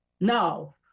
No